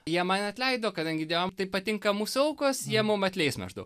jie man atleido kadangi dievam taip patinka mūsų aukos jie mum atleis maždaug